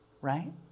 right